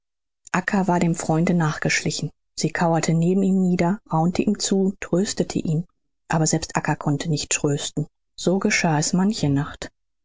war dem freunde nachgeschlichen sie kauerte neben ihm nieder raunte ihm zu tröstete ihn aber selbst acca konnte nicht trösten so geschah es manche nacht